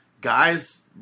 guys